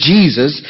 Jesus